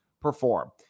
perform